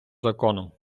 законом